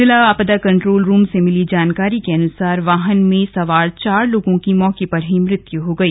जिला आपदा control room से मिली जानकारी के अनुसार वाहन में सवार चार लोगों की मौके पर ही मृत्यू हो गई